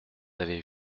avez